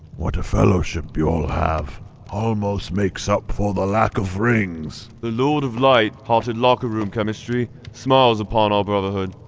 what a fellowship you all have almost makes up for the lack of rings the lord of light. hearted locker room chemistry smiles upon our brotherhood.